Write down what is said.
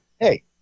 Hey